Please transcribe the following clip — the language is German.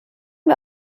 wir